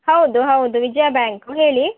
ಹೌದು ಹೌದು ವಿಜಯ ಬ್ಯಾಂಕು ಹೇಳಿ